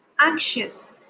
anxious